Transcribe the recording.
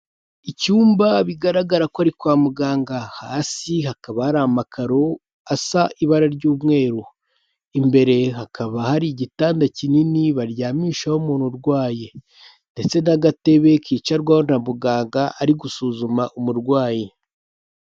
icyumba bigaragara ko ari kwa muganga hasi hakaba hari amakaro asa ibara ry'umweru imbere hakaba hari igitanda kinini baryamishaho umuntu urwaye ndetse n'agatebe kicarwaho na muganga ari gusuzuma umurwayi